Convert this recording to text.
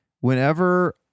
whenever